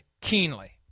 keenly